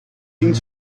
tien